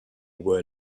were